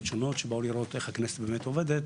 השונות והם באו לראות איך הכנסת עובדת.